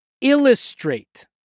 illustrate